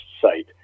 site